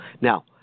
Now